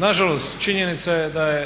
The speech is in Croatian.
Nažalost, činjenica je da je